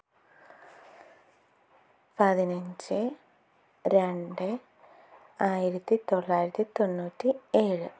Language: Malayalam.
പതിനഞ്ച് രണ്ട് ആയിരത്തി തൊള്ളായിരത്തി തൊണ്ണൂറ്റി ഏഴ്